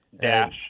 dash